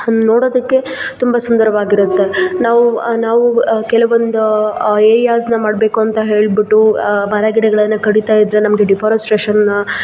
ಹಂಗೆ ನೋಡೋದಕ್ಕೆ ತುಂಬ ಸುಂದರವಾಗಿರುತ್ತೆ ನಾವೂ ನಾವೂ ಕೆಲವೊಂದು ಏರಿಯಾಸ್ನ ಮಾಡಬೇಕು ಅಂತ ಹೇಳಿಬಿಟ್ಟು ಮರಗಿಡಗಳನ್ನು ಕಡೀತಾಯಿದ್ರೆ ನಮಗೆ ಡಿಫಾರಸ್ಟ್ರೇಶನ್ನ